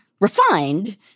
refined